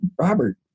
Robert